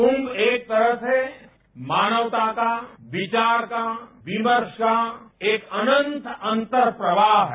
कुम्म एक तरह से मानवता का विचार का विमर्श का एक अनंत अंतर्रवाह है